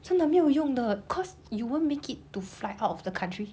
真的没有用的 cause you won't make it to fly out of the country